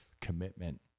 commitment